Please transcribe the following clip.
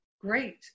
great